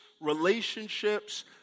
relationships